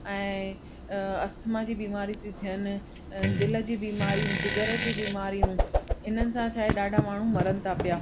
ऐं अ अस्थमा जी बीमारी थियूं थिअनि ऐं दिलि जी बीमारी हुजे जिगर जी बीमारी इन्हनि सां छा आहे ॾाढा माण्हू मरण था पिया